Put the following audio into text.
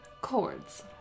Chords